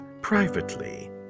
privately